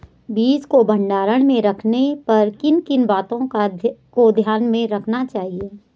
बीजों को भंडारण में रखने पर किन किन बातों को ध्यान में रखना चाहिए?